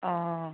অঁ